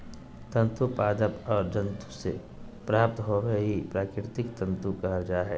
तंतु पादप और जंतु से प्राप्त होबो हइ प्राकृतिक तंतु कहल जा हइ